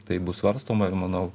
tai bus svarstoma ir manau